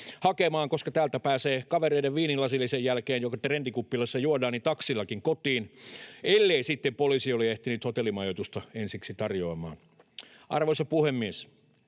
koska täältä pääsee viinilasillisen jälkeen, joka kavereiden kanssa trendikuppilassa juodaan, taksillakin kotiin, ellei sitten poliisi ole ehtinyt hotellimajoitusta ensiksi tarjoamaan. Arvoisa puhemies!